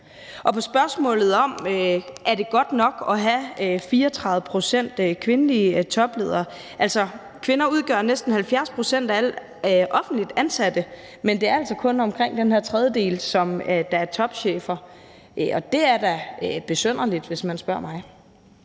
Der er spørgsmålet om, om det er godt nok at have 34 pct. kvindelige topledere. Altså, kvinder udgør næsten 70 pct. af alle offentligt ansatte, men det er altså kun omkring den her tredjedel, som er topchefer. Det er da besynderligt, hvis man spørger mig.